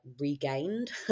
regained